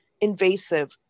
Invasive